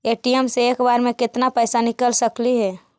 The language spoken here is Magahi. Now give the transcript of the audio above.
ए.टी.एम से एक बार मे केत्ना पैसा निकल सकली हे?